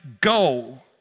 go